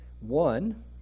One